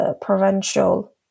provincial